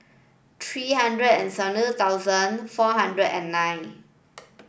three hundred and seventy two thousand four hundred and nine